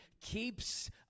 keeps